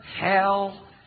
hell